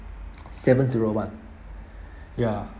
seven zero one ya